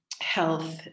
health